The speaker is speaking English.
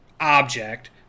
object